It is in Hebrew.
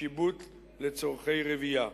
שיבוט לצורכי רבייה.